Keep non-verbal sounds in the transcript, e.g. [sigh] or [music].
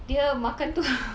dia makan tu [noise]